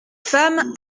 femmes